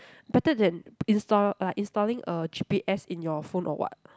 better than install like installing a G_P_S in your phone or what